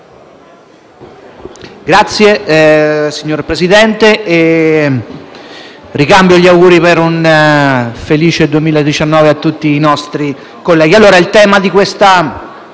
*(M5S)*. Signor Presidente, ricambio gli auguri per un felice 2019 a tutti i nostri colleghi.